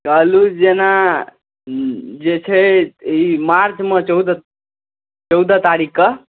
कहलहुँ जेना जे छै ई मार्चमे चौदह चौदह तारीखकेँ